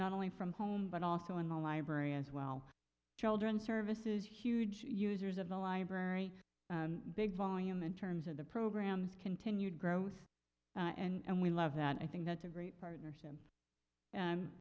not only from home but also in the library as well children's services huge users of the library big volume in terms of the programs continued growth and we love that i think that's a great partnership